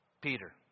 Peter